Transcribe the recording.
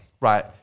Right